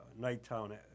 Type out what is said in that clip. Nighttown